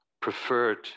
preferred